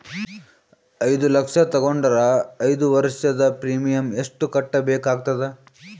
ಐದು ಲಕ್ಷ ತಗೊಂಡರ ಐದು ವರ್ಷದ ಪ್ರೀಮಿಯಂ ಎಷ್ಟು ಕಟ್ಟಬೇಕಾಗತದ?